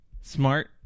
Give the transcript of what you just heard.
Smart